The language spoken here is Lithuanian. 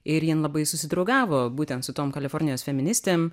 ir jin labai susidraugavo būtent su tom kalifornijos feministėm